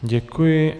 Děkuji.